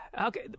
okay